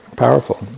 Powerful